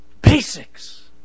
basics